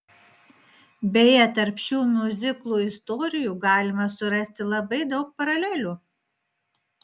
beje tarp šių miuziklų istorijų galima surasti labai daug paralelių